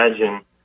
imagine